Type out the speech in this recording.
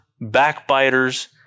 backbiters